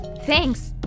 Thanks